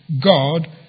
God